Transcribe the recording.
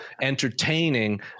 entertaining